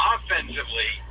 Offensively